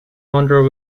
wonder